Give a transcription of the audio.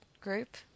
group